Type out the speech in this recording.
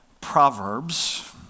Proverbs